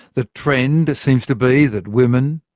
the trend seems to be that women,